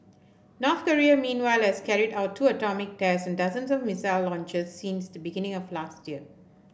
North Korea meanwhile has carried out two atomic tests and dozens of missile launches since the beginning of last year